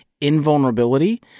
invulnerability